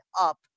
up